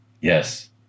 Yes